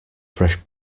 fresh